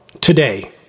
today